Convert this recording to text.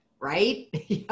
right